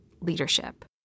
leadership